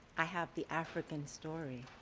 i have the african story.